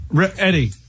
Eddie